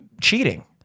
cheating